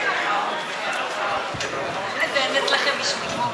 ב' של קבוצת סיעת יש עתיד לסעיף 2 לא נתקבלו.